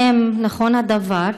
1. האם נכון הדבר?